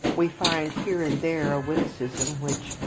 we find here and there a witticism which,